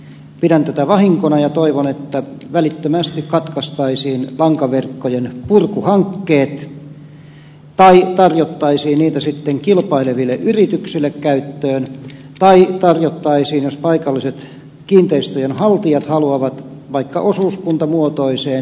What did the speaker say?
pidän tätä vahinkona ja toivon että välittömästi katkaistaisiin lankaverkkojen purkuhankkeet tai tarjottaisiin niitä kilpaileville yrityksille käyttöön tai tarjottaisiin jos paikalliset kiinteistöjen haltijat haluavat vaikka osuuskuntamuotoiseen käyttöön